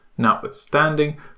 Notwithstanding